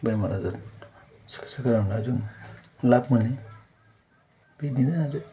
बेमार आजार सिकित्सा खालामनायजों लाब मोनो बिदिनो आरो